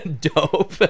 Dope